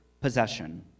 possession